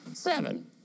Seven